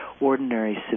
ordinary